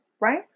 right